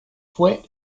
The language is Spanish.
fue